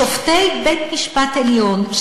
לשופטי בית-המשפט העליון,